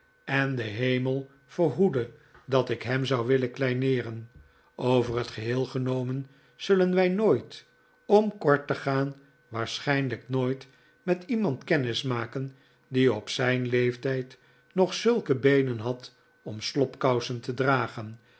en de hemel verhoede dat ik hem zou willen kleineeren over het geheel genomen zullen wij nooit om kort te gaan waarschijnlijk nooit met iemand kennis maken die op zijn leeftijd nog zulke beenen had om slobkousen te dragen